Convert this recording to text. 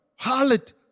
Harlot